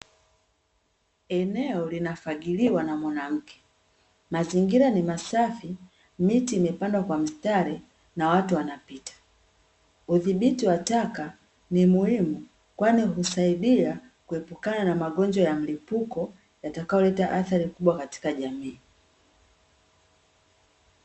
Eneo linafagiliwa na mwanamke mazingira ni masafi miti imepandwa kwa mistari na watu wanapita. Udhibiti wa taka ni muhimu kwani husaidia kuepukana na magonjwa ya milipuko yatakayoleta athari kubwa katika jamii.